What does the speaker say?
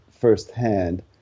first-hand